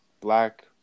black